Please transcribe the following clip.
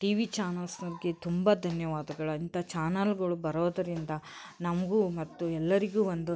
TV ಚಾನೆಲ್ಸ್ನವರಿಗೆ ತುಂಬ ಧನ್ಯವಾದಗಳು ಅಂತ ಚಾನಲ್ಗಳು ಬರೋದರಿಂದ ನಮಗೂ ಮತ್ತು ಎಲ್ಲರಿಗೂ ಒಂದು